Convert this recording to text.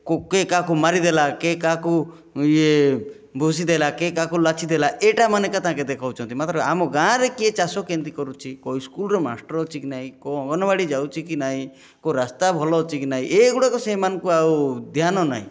କୁକେ କାହାକୁ ମାରି ଦେଲା କିଏ କାହାକୁ ଇଏ ଭୁଷି ଦେଲା କିଏ କାହାକୁ ଲାଛି ଦେଲା ଏଟା ମାନେକା ତାଙ୍କେ ଦେଖଉଛନ୍ତି ମାତ୍ର ଆମା ଗାଁରେ କିଏ ଚାଷ କେମିତି କରୁଛି କେଉଁ ସ୍କୁଲ୍ର ମାଷ୍ଟର୍ ଅଛିକି ନାଇଁ କେଉଁ ଅଙ୍ଗନବାଡ଼ି ଯାଉଛିକି ନାଇଁ କେଉଁ ରାସ୍ତା ଭଲ ଅଛିକି ନାଇଁ ଏଗୁଡ଼ାକ ସେମାନଙ୍କୁ ଆଉ ଧ୍ୟାନ ନାହିଁ